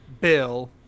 Bill